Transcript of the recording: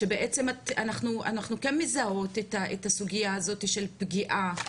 שבעצם אנחנו כן מזהות את הסוגיה הזאת של פגיעה,